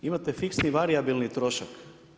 Imate fiksni i varijabilni trošak.